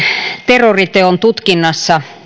terroriteon tutkinnassa